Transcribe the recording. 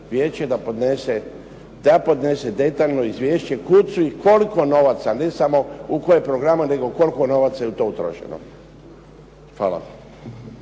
da podnese detaljno izvješće kuda su i koliko novaca a ne samo u koje programe nego koliko novaca je u to utrošeno. Hvala.